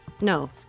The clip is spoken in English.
No